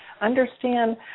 understand